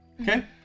Okay